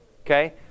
Okay